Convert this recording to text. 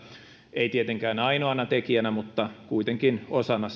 ei tietenkään ainoana tekijänä mutta kuitenkin osana